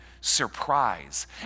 surprise